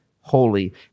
holy